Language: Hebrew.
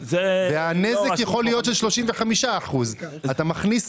והנזק יכול להיות של 35%. אמיר,